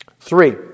Three